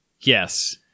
Yes